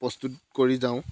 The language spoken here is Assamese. প্ৰস্তুত কৰি যাওঁ